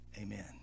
Amen